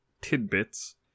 tidbits